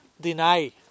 deny